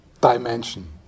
dimension